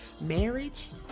marriage